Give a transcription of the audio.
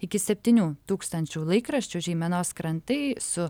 iki septynių tūkstančių laikraščių žeimenos krantai su